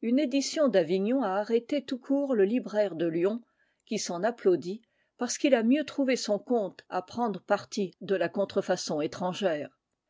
une édition d'avignon a arrêté tout court le libraire de lyon qui s'en applaudit parce qu'il a mieux trouvé son compte à prendre partie de la contrefaçon étrangère